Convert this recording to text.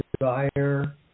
Desire